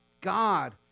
God